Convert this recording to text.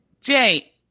jay